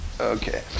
Okay